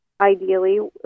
ideally